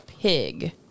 pig